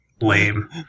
lame